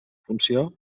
funció